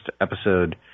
episode